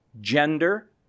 Gender